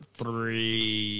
three